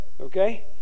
Okay